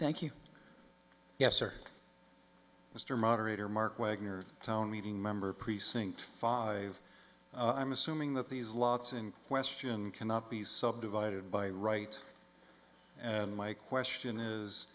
thank you yes sir mr moderator mark wagner town meeting member precinct five i'm assuming that these lots in question cannot be subdivided by right and my question